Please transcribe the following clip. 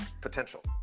potential